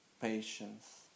patience